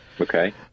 Okay